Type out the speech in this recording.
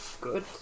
good